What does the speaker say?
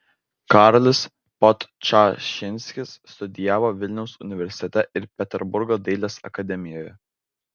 karolis podčašinskis studijavo vilniaus universitete ir peterburgo dailės akademijoje